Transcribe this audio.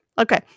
Okay